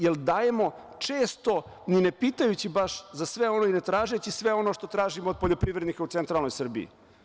Jel dajemo često ni ne pitajući baš za sve ono i ne tražeći sve ono što tražimo od poljoprivrednika u centralnoj Srbiji?